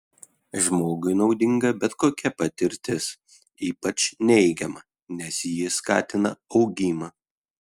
žmogui naudinga bet kokia patirtis ypač neigiama nes ji skatina augimą